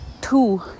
Two